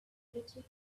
little